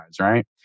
right